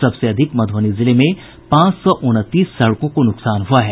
सबसे अधिक मधुबनी जिले में पांच सौ उनतीस सड़कों को नुकसान हुआ है